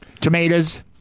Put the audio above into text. tomatoes